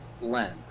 Len